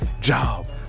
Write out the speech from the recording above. job